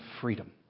freedom